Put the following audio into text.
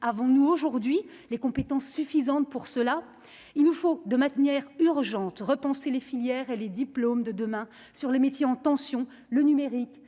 avons-nous aujourd'hui les compétences suffisantes pour cela, il nous faut de matières urgentes repenser les filières et les diplômes de demain sur les métiers en tension, le numérique,